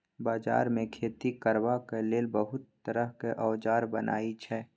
बजार मे खेती करबाक लेल बहुत तरहक औजार बनई छै